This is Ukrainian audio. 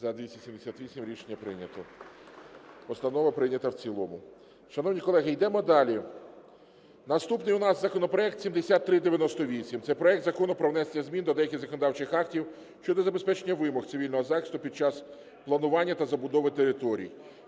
За-278 Рішення прийнято. Постанова прийнята в цілому. Шановні колеги, йдемо далі. Наступний у нас законопроект 7398. Це проект Закону про внесення змін до деяких законодавчих актів щодо забезпечення вимог цивільного захисту під час планування та забудови територій